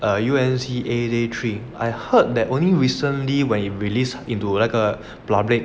yes err U and C A_J three three I heard that only recently when it released into 那个 public